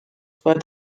بعد